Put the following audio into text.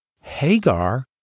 Hagar